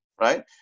right